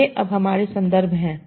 तो ये अब हमारे संदर्भ हैं